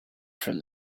from